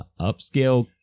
upscale